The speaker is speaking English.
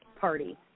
party